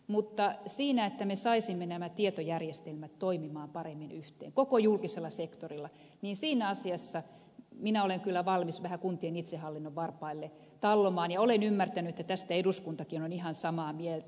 mutta siinä asiassa että me saisimme nämä tietojärjestelmät toimimaan paremmin yhteen koko julkisella sektorilla minä olen kyllä valmis vähän kuntien itsehallinnon varpaille tallomaan ja olen ymmärtänyt että tästä eduskuntakin on ihan samaa mieltä